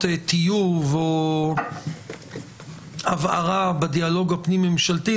טיוב או הבהרה בדיאלוג הפנים-ממשלתי,